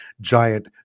giant